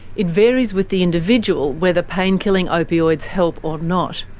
it varies with the individual, whether painkilling opioids help or not.